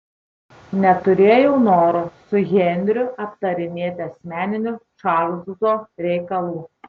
neturėjau noro su henriu aptarinėti asmeninių čarlzo reikalų